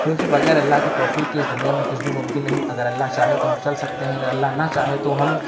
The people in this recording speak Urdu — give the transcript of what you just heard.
کیوں کہ بغیر اللہ کے توفیق کے اِس دُنیا میں کچھ بھی ممکن نہیں اگر اللہ چاہے تو ہم چل سکتے ہیں اگر اللہ نہ چاہے تو ہم